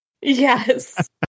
Yes